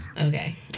Okay